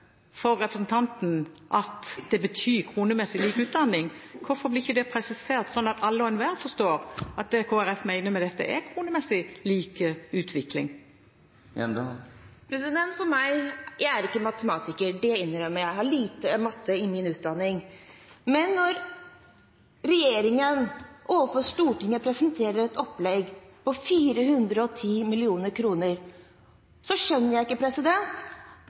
for representanten at det betyr kronemessig lik utvikling, hvorfor blir det ikke presisert, slik at alle og enhver forstår at det Kristelig Folkeparti mener med dette, er kronemessig lik utvikling? Jeg er ikke matematiker, det innrømmer jeg – jeg har lite matematikk i min utdanning – men når regjeringen presenterer overfor Stortinget et opplegg på 410 mill. kr, skjønner jeg ikke